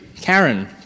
Karen